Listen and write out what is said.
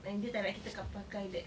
yang dia tak nak kita pakai that